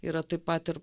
yra taip pat ir